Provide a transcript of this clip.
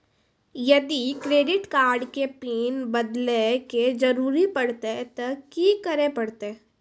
यदि credit card के PIN बदले के जरूरी परतै ते की करे परतै?